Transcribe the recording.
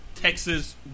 Texas